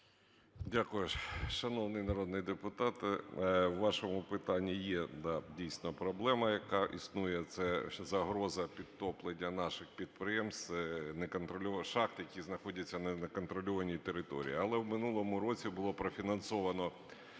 Дякую. Шановні народні депутати! У вашому питання є, так, дійсно, проблема, яка існує, це загроза підтоплення наших підприємств, шахт, які знаходяться на неконтрольованій території.